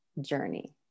journey